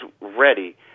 ready